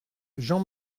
jean